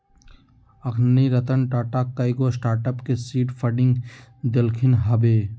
अखनी रतन टाटा कयगो स्टार्टअप के सीड फंडिंग देलखिन्ह हबे